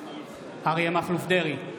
בהצבעה אריה מכלוף דרעי,